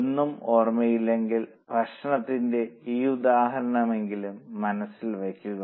ഒന്നും ഓർമ്മയില്ലെങ്കിൽ ഭക്ഷണത്തിന്റെ ഈ ഉദാഹരണമെങ്കിലും മനസ്സിൽ വയ്ക്കുക